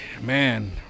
Man